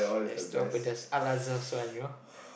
extra pedas al-azhar you know